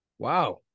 Wow